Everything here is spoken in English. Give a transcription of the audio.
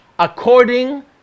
according